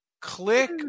click